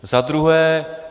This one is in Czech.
Za druhé.